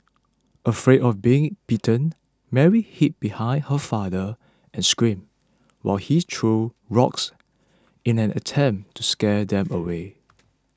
afraid of being bitten Mary hid behind her father and screamed while he threw rocks in an attempt to scare them away